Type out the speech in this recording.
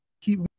keep –